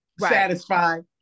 satisfied